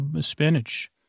spinach